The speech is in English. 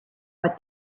what